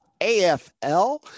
AFL